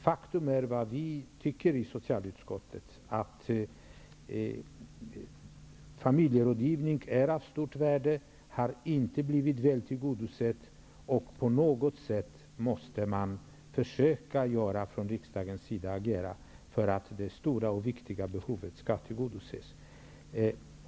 Faktum är att socialutskottet anser att familjerådgivning har ett stort värde, och det behovet har inte blivit väl tillgodosett. På något sätt måste riksdagen försöka agera för att detta stora och viktiga behov skall tillgodoses.